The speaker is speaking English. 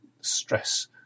stress